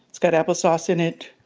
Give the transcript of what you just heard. it's got applesauce in it,